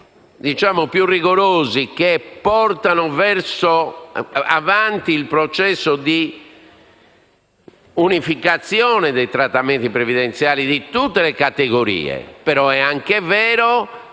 elementi più rigorosi che portano avanti il processo di unificazione dei trattamenti previdenziali di tutte le categorie; è però anche vero